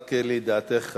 רק לידיעתך,